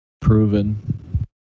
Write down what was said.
proven